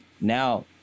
now